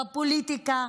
בפוליטיקה,